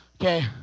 okay